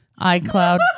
iCloud